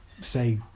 say